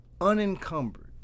unencumbered